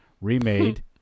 remade